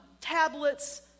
tablets